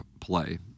play